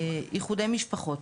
איחודי משפחות,